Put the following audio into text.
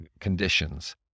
conditions